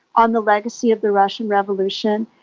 on the legacy of the russian revolution,